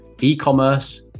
e-commerce